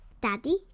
Daddy